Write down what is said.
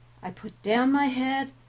i put down my head,